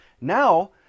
now